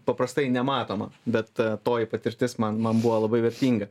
paprastai nematoma bet toji patirtis man man buvo labai vertinga